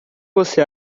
você